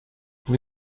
vous